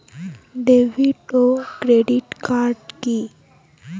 David ও credit card কি?